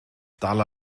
dal